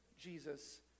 Jesus